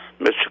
Mr